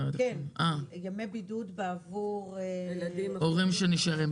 ימי בידוד בעבור הורים שנשארים עם הילדים.